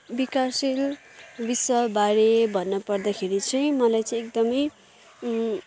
विकासशील विश्वबारे भन्नपर्दाखेरि चाहिँ मलाई चाहिँ एकदमै